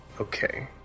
Okay